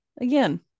Again